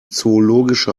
zoologische